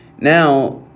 Now